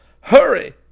Hurry